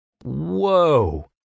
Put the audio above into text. Whoa